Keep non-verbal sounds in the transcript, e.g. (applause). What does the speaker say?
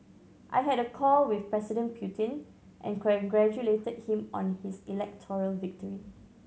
I had a call with President Putin and (unintelligible) congratulated him on his electoral victory